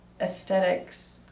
aesthetics